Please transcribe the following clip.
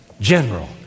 general